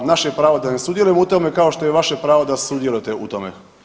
Naše je pravo da ne sudjelujemo u tome kao što je vaše pravo da sudjelujete u tome.